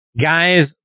guys